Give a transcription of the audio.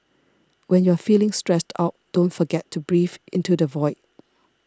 when you are feeling stressed out don't forget to breathe into the void